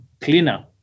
cleaner